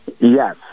Yes